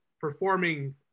performing